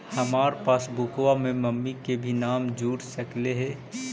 हमार पासबुकवा में मम्मी के भी नाम जुर सकलेहा?